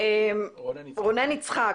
רונן יצחק,